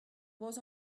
was